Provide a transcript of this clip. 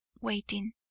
waiting